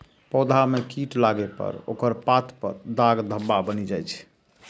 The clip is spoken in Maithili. पौधा मे कीट लागै पर ओकर पात पर दाग धब्बा बनि जाइ छै